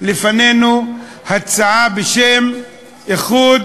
בפנינו הצעה בשם "איחוד